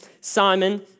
Simon